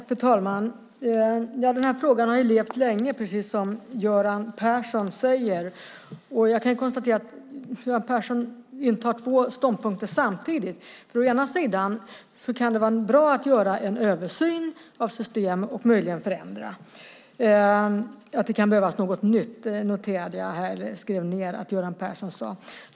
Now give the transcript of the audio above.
Fru talman! Denna fråga har levt länge, precis som Göran Persson säger. Jag kan konstatera att han intar två ståndpunkter samtidigt. Han säger att det kan vara bra att göra en översyn av system och möjligen förändra. Jag noterade att han sade att det kan behövas något nytt.